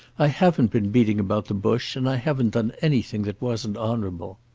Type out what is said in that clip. i haven't been beating about the bush, and i haven't done anything that wasn't honourable.